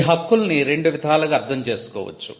ఈ హక్కుల్ని రెండు విధాలుగా అర్ధం చేసుకోవచ్చు